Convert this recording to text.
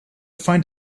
find